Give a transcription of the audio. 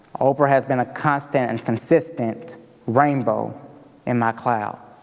oprah has been a constant and consistent rainbow in my cloud.